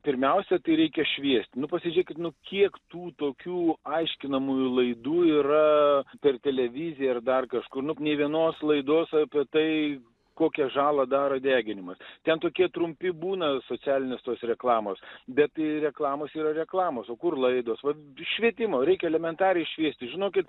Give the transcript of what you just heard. pirmiausia tai reikia šviest nu pasižiūrėkit nu kiek tų tokių aiškinamųjų laidų yra ir televizija ir dar kažkur nu nė vienos laidos apie tai kokią žalą daro deginimas ten tokie trumpi būna socialinės tos reklamos bet reklamos ir reklamos kur laidos vat švietimo reikia elementariai šviesti žinokit